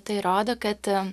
tai rodo kad